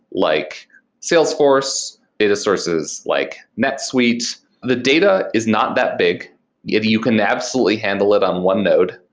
like salesforce, data sources like netsuite, the data is not that big if you can absolutely handle it on one node.